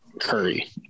curry